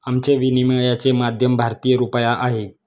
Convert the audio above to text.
आमचे विनिमयाचे माध्यम भारतीय रुपया आहे